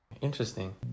interesting